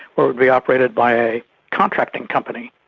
it would be operated by a contracting company.